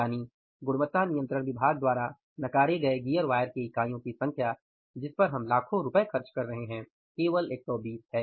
यानि गुणवत्ता नियंत्रण विभाग द्वारा नकारे गए गियर वायर के इकाईयों की संख्या जिस पर हम लाखों रु खर्च कर रहे हैं केवल 120 है